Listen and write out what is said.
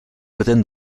within